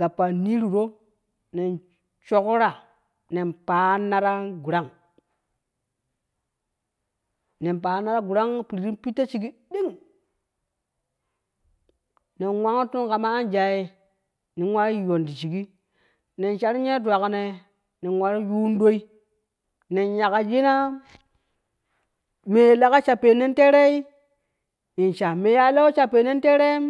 gappan niiruro nen shakura nen paanna ta gurang, nen paann tita gurang pirit in pitto shiggi ɗinga nen wawottun kama anjai nen wa yuyun ti shiggi nen shar ye dwaginei nen waru yun ɗoi nen yakjina mee lega sha pennon teerei in sha, meeya lewo sha pennon teerem.